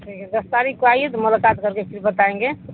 ٹھیک ہے دس تاریخ کو آئیے تو ملاقات کر کے پھر بتائیں گے